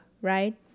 right